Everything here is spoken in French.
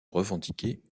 revendiquer